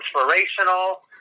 inspirational